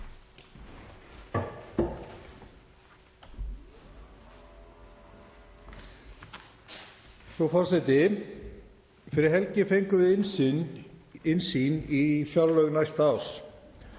Frú forseti. Fyrir helgi fengum við innsýn í fjárlög næsta árs.